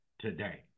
today